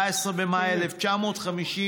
14 במאי 1948,